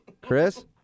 Chris